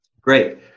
Great